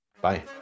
Bye